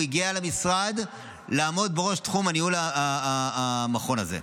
הגיע למשרד לעמוד בראש תחום ניהול המכון הזה.